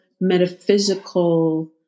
metaphysical